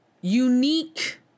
unique